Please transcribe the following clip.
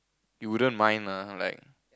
you wouldn't mind lah like